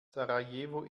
sarajevo